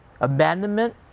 abandonment